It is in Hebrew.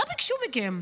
מה ביקשו מכם?